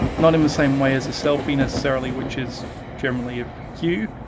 not in the same way as a selfie necessarily, which is generally of you.